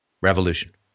revolution